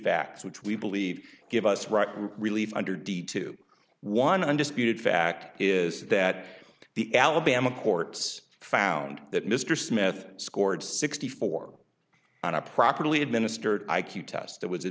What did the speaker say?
facts which we believe give us right relief under d to one undisputed fact is that the alabama courts found that mr smith scored sixty four on a properly administered i q test that was a